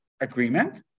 agreement